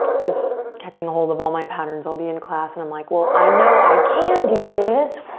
just catching a hold of all my patterns. i'll be in class and i'm like, well, i know i can do this,